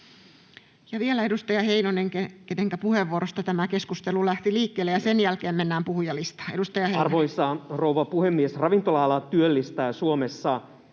Vielä edustaja Heinonen, kenenkä puheenvuorosta tämä keskustelu lähti liikkeelle, ja sen jälkeen mennään puhujalistaan. — Edustaja Heinonen. Arvoisa rouva puhemies! Ravintola-ala työllistää Suomessa